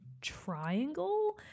triangle